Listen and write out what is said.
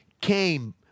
came